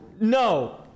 no